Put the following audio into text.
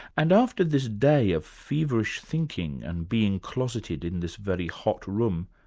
and after this day of feverish thinking and being closeted in this very hot room,